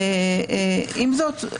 עם זאת,